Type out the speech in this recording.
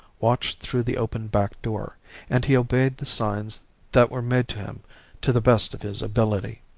watched through the open back door and he obeyed the signs that were made to him to the best of his ability.